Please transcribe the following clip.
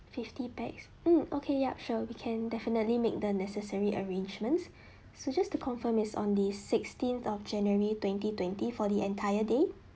fifty pax mm okay ya sure we can definitely make the necessary arrangements so just to confirm it's on the sixteenth of january twenty twenty for the entire day